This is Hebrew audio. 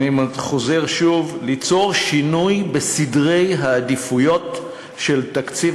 אני חוזר: ליצור שינוי בסדרי העדיפויות של תקציב